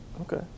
okay